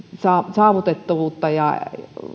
saavutettavuutta